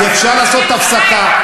אז אפשר לעשות הפסקה,